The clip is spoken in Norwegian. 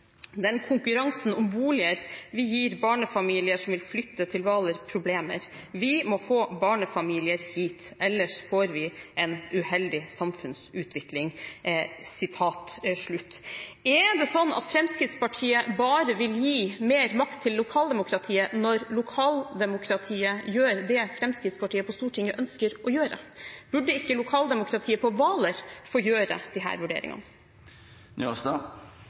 den konkurransen om boliger vi gir barnefamilier som vil flytte til Hvaler problemer. Vi må få barnefamilier hit. Ellers får vi en uheldig samfunnsutvikling». Er det slik at Fremskrittspartiet bare vil gi mer makt til lokaldemokratiet når lokaldemokratiet gjør det Fremskrittspartiet på Stortinget ønsker å gjøre? Burde ikke lokaldemokratiet på Hvaler få gjøre disse vurderingene?